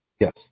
Yes